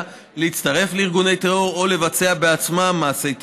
להצטרף לארגוני טרור או לבצע מעשי טרור.